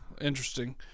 interesting